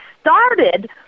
started